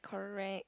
correct